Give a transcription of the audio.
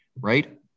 right